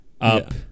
up